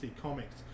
comics